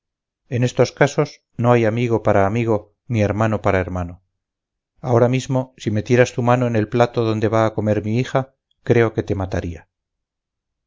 en estos casos no hay amigo para amigo ni hermano para hermano ahora mismo si metieras tu mano en el plato donde va a comer mi hija creo que te mataría